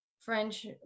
French